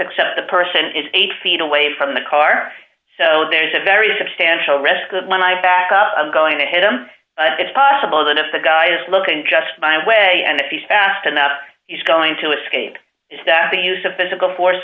except the person is eight feet away from the car so there's a very substantial risk that when i back up i'm going to hit him but it's possible that if the guy is looking just my way and if he's fast enough he's going to escape is that the use of physical force